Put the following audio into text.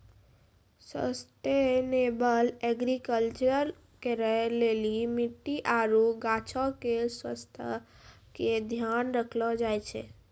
sustainable agriculture करै लेली मट्टी आरु गाछो के स्वास्थ्य के ध्यान राखलो जाय छै